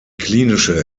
klinische